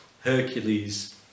Hercules